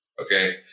Okay